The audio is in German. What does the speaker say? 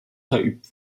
verübt